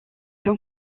son